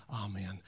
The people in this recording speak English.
Amen